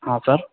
हाँ सर